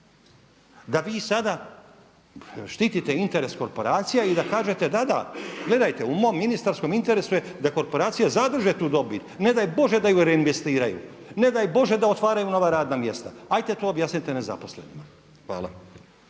da vi sada štitite interes korporacija i da kažete da, da gledajte u mom ministarstvom interesu je da korporacija zadrži tu dobit. Ne daj Bože da ju reinvestiraju, ne daj Bože da otvaraju nova radna mjesta, ajte to objasnite nezaposlenima. Hvala.